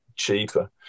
cheaper